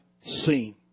seen